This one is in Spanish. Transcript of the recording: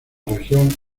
región